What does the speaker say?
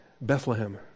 Bethlehem